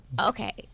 Okay